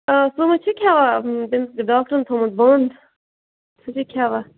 آ سُہ ما چھِ کھٮ۪وان تٔمِس چھُ ڈاکٹرن تھوٚومُت بنٛد سُہ چھُ کھٮ۪وان